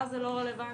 לה זה לא רלוונטי.